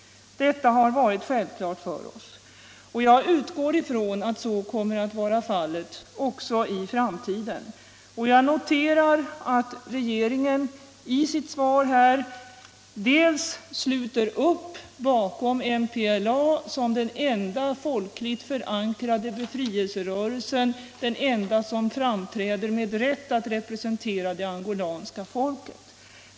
Detta har varit självklart för oss, och jag utgår från att så kommer att vara fallet också i framtiden. Jag noterar i svaret att regeringen sluter upp bakom MPLA som den enda folkligt förankrade befrielserörelsen, den enda som framträder med rätt att representera det angolanska folket.